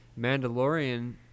Mandalorian